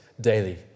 daily